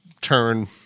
turn